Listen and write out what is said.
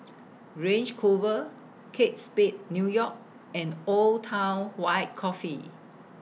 Range Rover Kate Spade New York and Old Town White Coffee